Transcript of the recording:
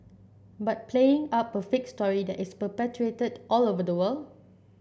but playing up a fake story that is perpetuated all over the world